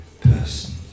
person